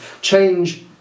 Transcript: change